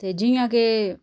ते जियां कि